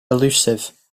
elusive